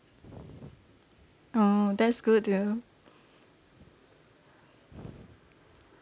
oh that's good dear